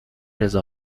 رضا